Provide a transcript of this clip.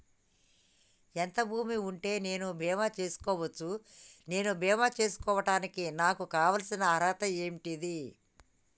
ఎంత భూమి ఉంటే నేను బీమా చేసుకోవచ్చు? నేను బీమా చేసుకోవడానికి నాకు కావాల్సిన అర్హత ఏంటిది?